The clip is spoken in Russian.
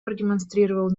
продемонстрировал